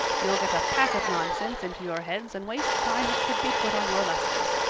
you'll get a pack of nonsense into your heads and waste time that should be put on your lessons.